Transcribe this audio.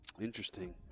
interesting